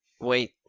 Wait